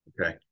Okay